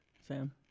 Sam